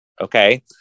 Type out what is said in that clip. Okay